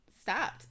stopped